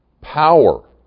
power